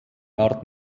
art